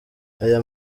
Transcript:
aya